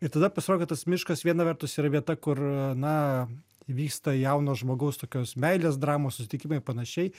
ir tada pasirodė tas miškas viena vertus yra vieta kur na vyksta jauno žmogaus tokios meilės dramos susitikimai ir panašiai